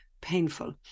painful